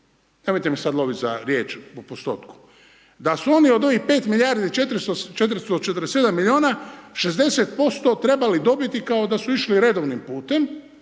da su oni od ovih 5 milijardi, 447 milijuna 60% trebali dobiti kao da su išli redovnim putem.